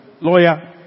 Lawyer